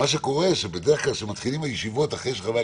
שאנחנו נוטים לשכוח את העובדה שהוא על חשבון אזרחי ישראל.